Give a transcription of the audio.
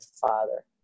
father